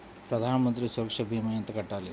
ప్రధాన మంత్రి సురక్ష భీమా ఎంత కట్టాలి?